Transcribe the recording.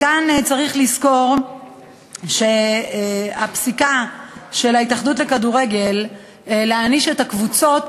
כאן צריך לזכור שהפסיקה של ההתאחדות לכדורגל להעניש את הקבוצות,